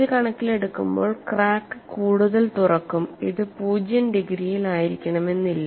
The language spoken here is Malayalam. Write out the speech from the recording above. ഇത് കണക്കിലെടുക്കുമ്പോൾ ക്രാക്ക് കൂടുതൽ തുറക്കും ഇത് 0 ഡിഗ്രിയിൽ ആയിരിക്കണമെന്നില്ല